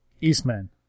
Eastman